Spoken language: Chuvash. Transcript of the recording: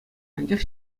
анчах